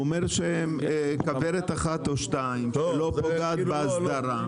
הוא אומר שכוורת אחת או שתיים שלא פוגעת בהסדרה.